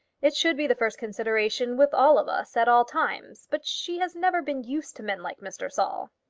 it should be the first consideration with all of us at all times. but she has never been used to men like mr. saul.